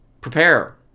prepare